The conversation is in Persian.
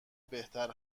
بهتر